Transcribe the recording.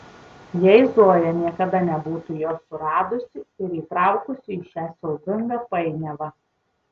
jei zoja niekada nebūtų jo suradusi ir įtraukusi į šią siaubingą painiavą